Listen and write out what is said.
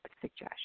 suggestion